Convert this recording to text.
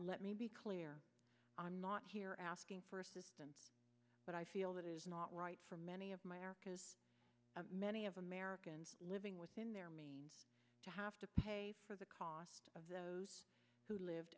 let me be clear i'm not here asking for assistance but i feel that it is not right for many of my many of americans living within their means to have to pay for the cost of those who live